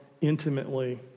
intimately